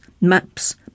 maps